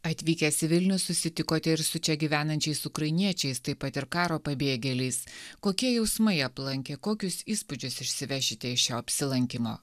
atvykęs į vilnių susitikote ir su čia gyvenančiais ukrainiečiais taip pat ir karo pabėgėliais kokie jausmai aplankė kokius įspūdžius išsivešite iš šio apsilankymo